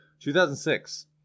2006